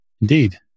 Indeed